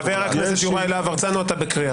חבר הכנסת יוראי להב הרצנו, אתה בקריאה.